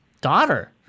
daughter